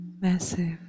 massive